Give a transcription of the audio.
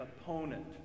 opponent